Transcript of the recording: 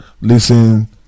listen